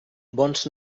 bons